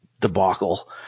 debacle